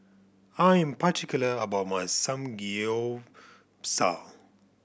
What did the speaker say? I am particular about my Samgyeopsal